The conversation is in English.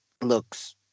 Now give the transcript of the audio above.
looks